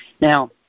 Now